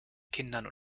kindern